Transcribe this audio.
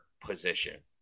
position